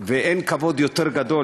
ואין כבוד יותר גדול